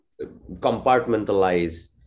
compartmentalize